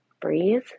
breathe